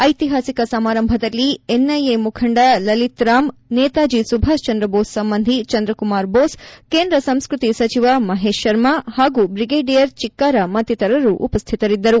ಐತಿಹಾಸಿಕ ಸಮಾರಂಭದಲ್ಲಿ ಐಎನ್ಎ ಮುಖಂಡ ಲಲ್ತಿರಾಮ್ ನೇತಾಜಿ ಸುಭಾಷ್ ಚಂದ್ರ ಬೋಸ್ ಸಂಬಂಧಿ ಚಂದ್ರಕುಮಾರ್ ಬೋಸ್ ಕೇಂದ್ರ ಸಂಸ್ಕತಿ ಸಚಿವ ಮಹೇಶ್ ಶರ್ಮ ಹಾಗೂ ಬ್ರಿಗೇಡಿಯರ್ ಚಿಕ್ಕಾರ ಮತ್ತಿತರರು ಉಪಸ್ಥಿತರಿದ್ದರು